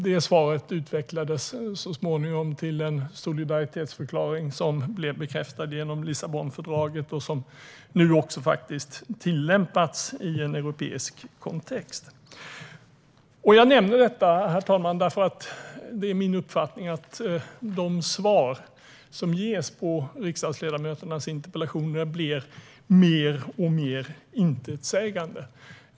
Det svaret utvecklades så småningom till den solidaritetsförklaring som bekräftades genom Lissabonfördraget och nu också tillämpats i en europeisk kontext. Jag nämner detta, herr talman, därför att det är min uppfattning att de svar som ges på riksdagsledamöternas interpellationer blir mer och mer intetsägande.